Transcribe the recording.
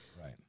Right